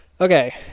Okay